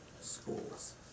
schools